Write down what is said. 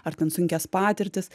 ar ten sunkias patirtis